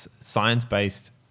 science-based